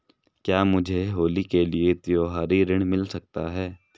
क्या मुझे होली के लिए त्यौहारी ऋण मिल सकता है?